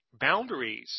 boundaries